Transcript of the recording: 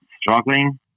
struggling